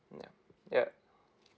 yup yup